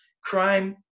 crime